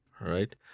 right